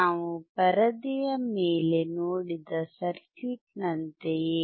ನಾವು ಪರದೆಯ ಮೇಲೆ ನೋಡಿದ ಸರ್ಕ್ಯೂಟ್ನಂತೆಯೇ